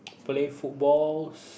play footballs